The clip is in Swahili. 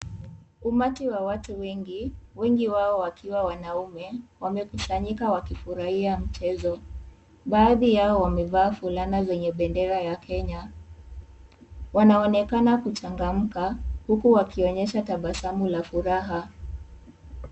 Umati wa watu wengi, wengi wao wakiwa wanaume. Wamekusanyika wakifurahia mchezo. Baadhi yao wamevaa fulana yenye bendera ya Kenya. Wanaonekana kuchangamka, huku wakionyesha tabasamu la furaha.